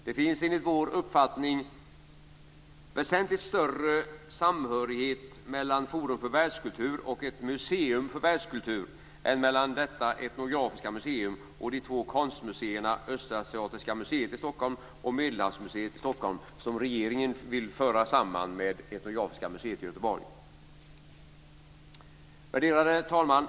Det finns enligt vår uppfattning väsentligt större samhörighet mellan forum för världskultur och ett museum för världskultur än mellan detta etnografiska museum och de två konstmuseerna Östasiatiska museet och Medelhavsmuseet i Stockholm, som regeringen vill föra samman med etnografiska museet i Värderade talman!